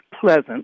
pleasant